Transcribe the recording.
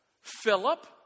Philip